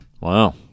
Wow